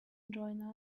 join